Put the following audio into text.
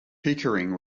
pickering